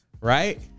right